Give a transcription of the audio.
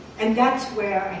and that's where,